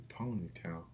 ponytail